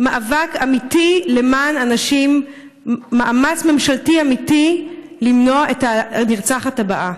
מאבק אמיתי למען הנשים; מאמץ ממשלתי אמיתי למנוע את הנרצחת הבאה.